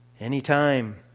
Anytime